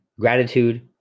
gratitude